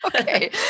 okay